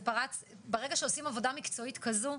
ברגע שעושים עבודה מקצועית כזו,